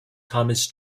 thomas